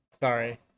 Sorry